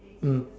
mm